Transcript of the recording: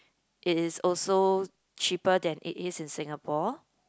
it is also cheaper than it is in Singapore